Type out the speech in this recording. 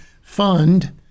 fund